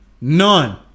None